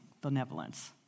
benevolence